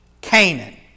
Canaan